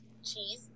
Cheese